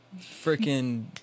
freaking